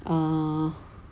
mmhmm